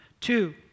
Two